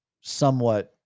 somewhat